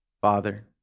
father